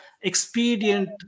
expedient